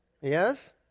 Yes